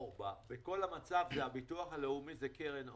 בכל המצב, הביטוח הלאומי הוא קרן אור.